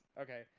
Okay